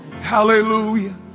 Hallelujah